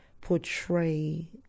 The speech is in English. portray